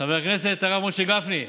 חבר הכנסת הרב משה גפני,